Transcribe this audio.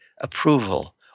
approval